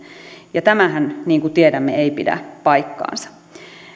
ja tämähän niin kuin tiedämme ei pidä paikkaansa